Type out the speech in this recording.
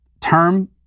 term